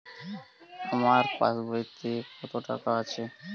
আমার পাসবইতে কত টাকা আছে?